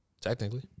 Technically